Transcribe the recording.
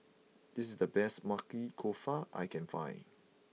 this is the best Maili Kofta I can find